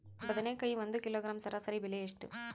ಬದನೆಕಾಯಿ ಒಂದು ಕಿಲೋಗ್ರಾಂ ಸರಾಸರಿ ಬೆಲೆ ಎಷ್ಟು?